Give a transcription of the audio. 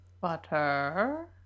butter